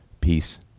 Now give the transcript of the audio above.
peace